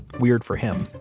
weird for him.